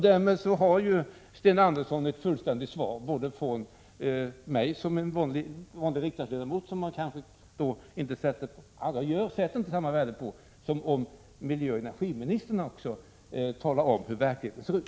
Därmed skulle Sten Andersson få ett fullständigt svar också från mig som är en vanlig riksdagsledamot, även om många kanske inte sätter lika stort värde på sådant som när miljöoch energiministern talar om hur verkligheten ser ut.